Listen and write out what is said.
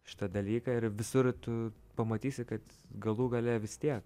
šitą dalyką ir visur tu pamatysi kad galų gale vis tiek